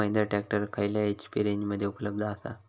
Mahindra tractor खयल्या HP रेंजमध्ये उपलब्ध आसा?